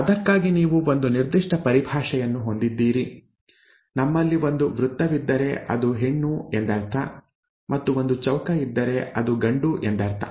ಅದಕ್ಕಾಗಿ ನೀವು ಒಂದು ನಿರ್ದಿಷ್ಟ ಪರಿಭಾಷೆಯನ್ನು ಹೊಂದಿದ್ದೀರಿ ನಮ್ಮಲ್ಲಿ ಒಂದು ವೃತ್ತವಿದ್ದರೆ ಅದು ಹೆಣ್ಣು ಎಂದರ್ಥ ಮತ್ತು ಒಂದು ಚೌಕ ಇದ್ದರೆ ಅದು ಗಂಡು ಎಂದರ್ಥ